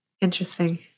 Interesting